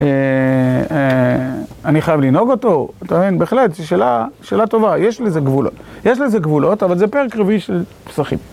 אני חייב לנהוג אותו, אתה מבין? בהחלט, שאלה טובה, יש לזה גבולות. יש לזה גבולות, אבל זה פרק רביעי של פסחים.